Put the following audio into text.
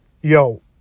yo